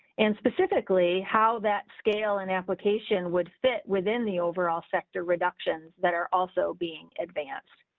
and specifically how that scale and application would fit within the overall sector reductions that are also being advanced.